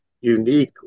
unique